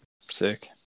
sick